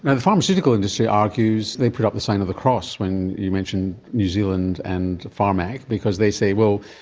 and the pharmaceutical industry argues. they put up a sign of the cross when you mention new zealand and pharmac because they say, well,